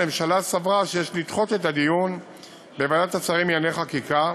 הממשלה סברה שיש לדחות את הדיון בוועדת השרים לענייני חקיקה.